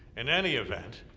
in any event,